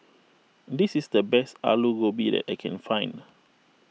this is the best Alu Gobi that I can find